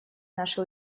наши